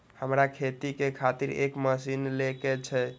हमरा खेती के खातिर एक मशीन ले के छे?